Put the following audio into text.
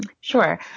Sure